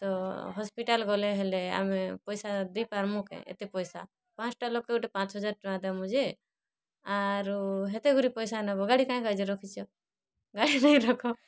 ତ ହସ୍ପିଟାଲ୍ ଗଲେ ହେଲେ ଆମେ ପଇସା ଦେଇପାରମୁ କେଁ ଏତେ ପଇସା ପାଞ୍ଚ୍ ଟା ଲୋକ୍ କେ ଗୁଟେ ପାଞ୍ଚ୍ ହଜାର୍ ଟଙ୍କା ଦେମୁ ଯେ ଆରୁ ହେତେ କରି ପଇସା ନେବ ଗାଡ଼ି କାଇଁ କା'ଯେ ରଖିଛ ଗାଡ଼ି ନାଇଁ ରଖ